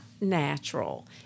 natural